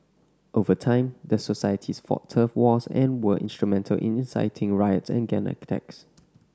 over time the societies fought turf wars and were instrumental in inciting riots and gang attacks